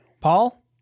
Paul